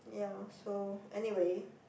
ya so anyway